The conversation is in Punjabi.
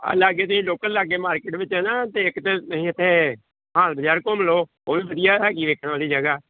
ਆਹ ਲਾਗੇ ਤਾਂ ਹਾਲ ਲੋਕਲ ਲਾਗੇ ਮਾਰਕੀਟ ਵਿੱਚ ਨਾ ਅਤੇ ਇੱਕ ਤਾਂ ਤੁਸੀਂ ਇੱਥੇ ਹਾਲ ਬਜ਼ਾਰ ਘੁੰਮ ਲਓ ਉਹ ਵੀ ਵਧੀਆ ਹੈਗੀ ਦੇਖਣ ਵਾਲੀ ਜਗ੍ਹਾ